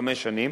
חמש שנים.